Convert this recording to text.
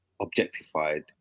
objectified